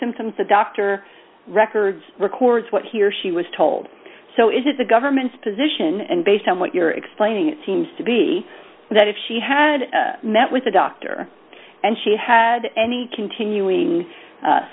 symptoms the doctor records records what he or she was told so it is the government's position and based on what you're explaining it seems to be that if she had met with a doctor and she had any continuing